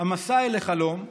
"המסע אל החלום",